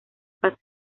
paz